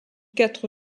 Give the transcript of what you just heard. quatre